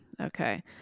Okay